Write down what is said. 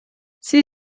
sie